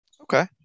Okay